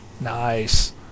Nice